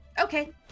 Okay